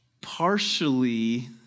partially